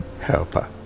helper